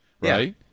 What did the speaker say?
right